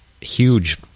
huge